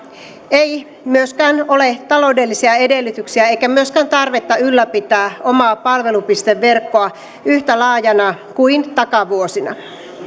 ei myöskään ole taloudellisia edellytyksiä eikä myöskään tarvetta ylläpitää omaa palvelupisteverkkoa yhtä laajana kuin takavuosina